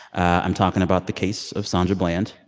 i'm talking about the case of sandra bland,